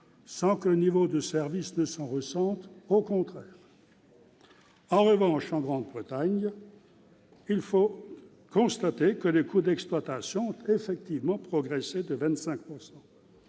sans que le niveau de service s'en ressente, au contraire. En revanche, en Grande-Bretagne, il faut constater que les coûts d'exploitation ont effectivement progressé de 25 %.